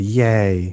yay